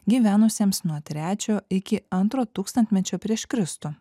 gyvenusiems nuo trečio iki antro tūkstantmečio prieš kristų